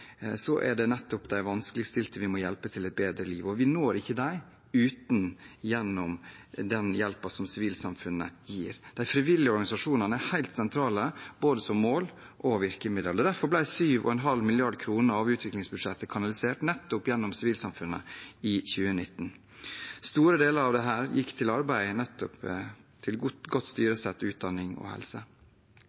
er det nettopp de vanskeligstilte vi må hjelpe til et bedre liv. Vi når ikke dem uten den hjelpen som sivilsamfunnet gir. De frivillige organisasjonene er helt sentrale – både som mål og virkemiddel. Derfor ble 7,5 mrd. kr av utviklingsbudsjettet kanalisert gjennom nettopp sivilsamfunnet i 2019. Store deler av dette gikk til arbeidet med godt styresett, utdanning og helse.